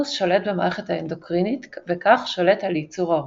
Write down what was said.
ההיפותלמוס שולט במערכת האנדוקרינית וכך שולט על ייצור הורמונים.